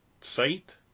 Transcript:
site